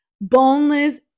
Boneless